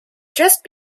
just